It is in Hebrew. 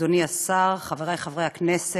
תודה רבה לך, אדוני השר, חברי חברי הכנסת,